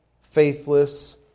faithless